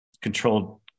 controlled